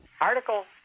article